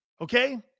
Okay